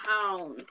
Town